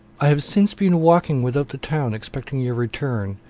i have since been walking without the town expecting your return,